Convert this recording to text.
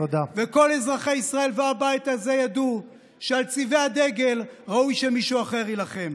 וכל אזרחי ישראל והבית הזה ידעו שעל צבעי הדגל ראוי שמישהו אחר יילחם.